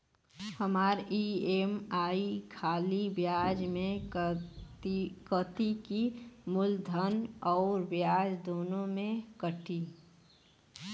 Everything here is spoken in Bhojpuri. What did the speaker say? हमार ई.एम.आई खाली ब्याज में कती की मूलधन अउर ब्याज दोनों में से कटी?